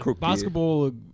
Basketball